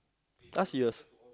!huh! serious